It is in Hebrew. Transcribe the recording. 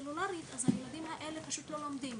סלולרית אז הילדים האלו פשוט לא לומדים,